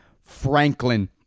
Franklin